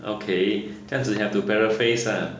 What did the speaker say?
okay 这样子 have to paraphrase lah